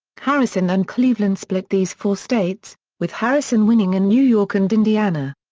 harrison and cleveland split these four states, with harrison winning in new york and indiana.